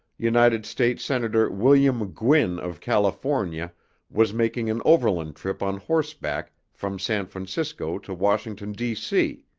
united states senator william gwin of california was making an overland trip on horseback from san francisco to washington, d. c.